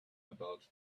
about